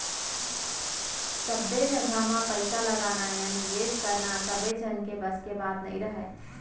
सब्बे जघा म पइसा लगाना या निवेस करना सबे झन के बस के बात नइ राहय